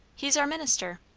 he's our minister.